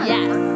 Yes